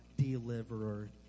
deliverer